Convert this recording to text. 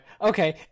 Okay